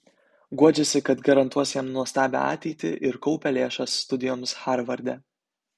guodžiasi kad garantuos jam nuostabią ateitį ir kaupia lėšas studijoms harvarde